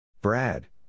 Brad